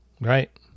right